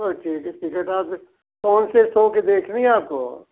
कौन से शो की देखनी है आपको